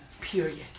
Period